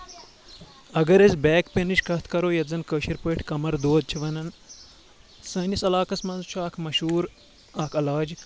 اگر أسۍ back pain کتھ کرو یتھ زن کٲشِر پٲٹھۍ کَمر دود چھِ وَنان سٲنِس علاقس منٛز چھُ اکھ مشہوٗر اکھ علاج